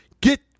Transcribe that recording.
get